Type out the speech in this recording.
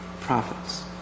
prophets